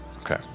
Okay